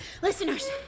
Listeners